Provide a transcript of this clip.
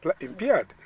impaired